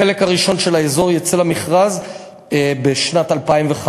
החלק הראשון של האזור יצא למכרז בשנת 2015,